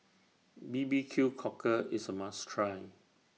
B B Q Cockle IS A must Try